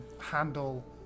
handle